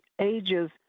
ages